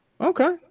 okay